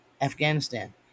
Afghanistan